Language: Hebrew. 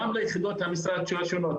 גם ליחידות המשרד השונות,